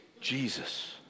Jesus